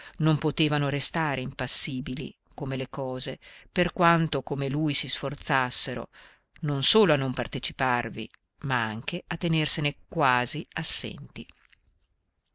non potevano restare impassibili come le cose per quanto come lui si forzassero non solo a non parteciparvi ma anche a tenersene quasi assenti